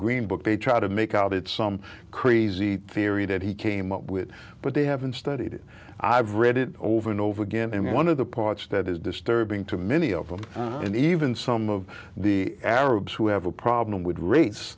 green book they try to make out it's some crazy theory that he came up with but they haven't studied it i've read it over and over again and one of the parts that is disturbing to many of them and even some of the arabs who have a problem with race